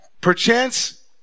perchance